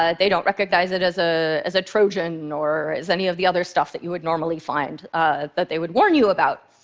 ah they don't recognize it as ah as a trojan or as any of the other stuff that you would normally find that they would warn you about.